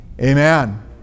amen